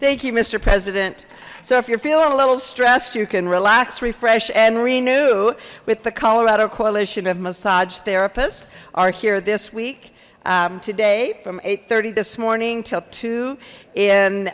mister president so if you're feeling a little stressed you can relax refresh and renew with the colorado coalition of massage therapists are here this week today from eight thirty this morning till two